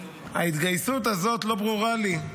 ההתגייסות הזאת לא ברורה לי.